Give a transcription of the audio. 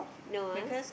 no ah